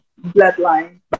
Bloodline